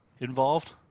involved